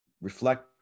reflect